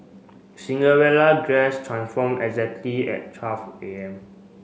Cinderella dress transform exactly at twelve A M